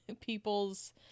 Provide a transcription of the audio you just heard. people's